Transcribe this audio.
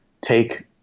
take